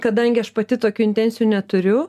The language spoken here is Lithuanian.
kadangi aš pati tokių intencijų neturiu